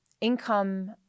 income